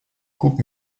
coupe